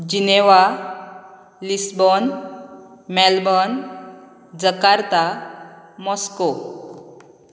Geneva Lisbon Melbourne Jakarta Moscow